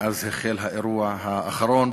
מאז החל האירוע האחרון.